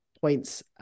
points